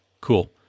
Cool